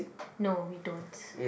no we don't